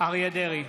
אריה מכלוף דרעי,